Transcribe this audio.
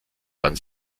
dann